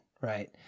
right